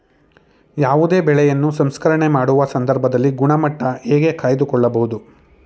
ಯಾವುದೇ ಬೆಳೆಯನ್ನು ಸಂಸ್ಕರಣೆ ಮಾಡುವ ಸಂದರ್ಭದಲ್ಲಿ ಗುಣಮಟ್ಟ ಹೇಗೆ ಕಾಯ್ದು ಕೊಳ್ಳಬಹುದು?